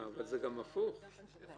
אבל זה גם הפוך, תיזהרי.